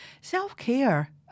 Self-care